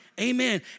Amen